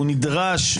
הוא נדרש,